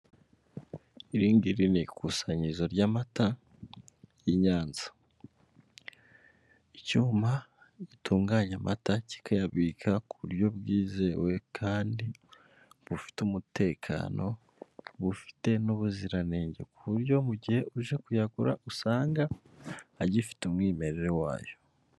Iri ngiri ni ikusanyirizo ry'amata y'i Nyanza, icyuma gitunganya amata kikayabika ku buryo bwizewe kandi bufite umutekano bufite n'ubuziranenge, ku buryo mu gihe uje kuyagura usanga agifite umwimerere wayo.